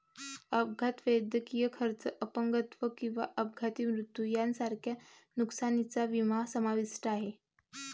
अपघात, वैद्यकीय खर्च, अपंगत्व किंवा अपघाती मृत्यू यांसारख्या नुकसानीचा विमा समाविष्ट आहे